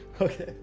Okay